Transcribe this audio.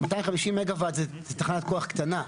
250 מגה-וואט זה תחנת כוח קטנה.